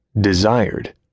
desired